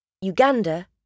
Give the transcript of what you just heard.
Uganda